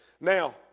Now